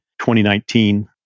2019